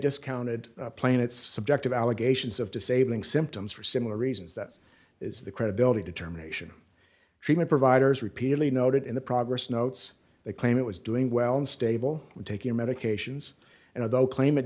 discounted planets subjective allegations of disabling symptoms for similar reasons that is the credibility determination treatment providers repeatedly noted in the progress notes they claim it was doing well in stable when taking medications and although claim it